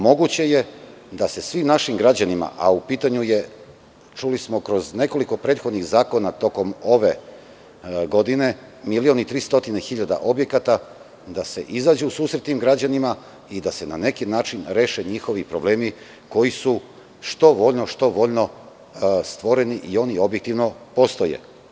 Moguće je da se svim našim građanima, a u pitanju je, čuli smo kroz nekoliko prethodnih zakona, tokom ove godine 1.300.000 objekata, da se izađe u susret tim građanima i da se na neki način reše njihovi problemi koji su što voljno, što nevoljno stvoreni i oni objektivno postoje.